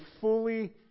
fully